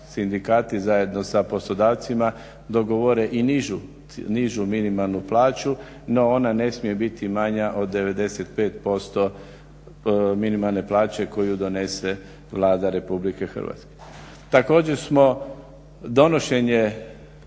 sindikati zajedno sa poslodavcima dogovore i nižu minimalnu plaću, no ona ne smije biti manja od 95% minimalne plaće koju donese Vlada Republike Hrvatske. Također smo donošenje